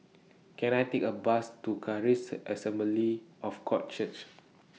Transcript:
Can I Take A Bus to Charis Assembly of God Church